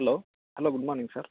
hello hello good morning sir